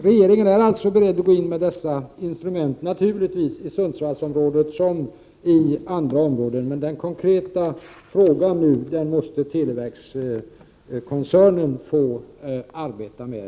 Regeringen är beredd att använda de nämnda instrumenten såväl i Sundsvallsområdet, naturligtvis, som i andra områden, men den nu aktuella frågan måste i första hand televerkskoncernen få arbeta med.